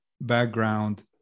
background